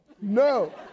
no